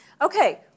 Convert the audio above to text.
okay